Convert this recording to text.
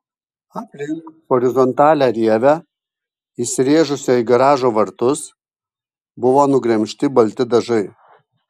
aplink horizontalią rievę įsirėžusią į garažo vartus buvo nugremžti balti dažai